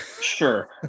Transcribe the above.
Sure